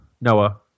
Noah